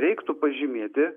reiktų pažymėti